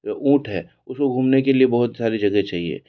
ऊँट है उसको घूमने के लिए बहुत सारी जगह चाहिए